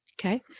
Okay